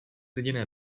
jediné